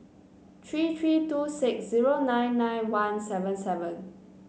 three three two six zero nine nine one seven seven